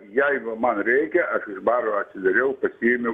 jeigu man reikia aš iš baro atsidariau pasiėmiau